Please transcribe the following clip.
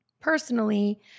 personally